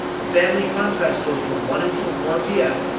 the family funfest goes from one until four pm,